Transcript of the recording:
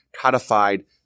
codified